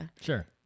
sure